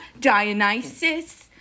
Dionysus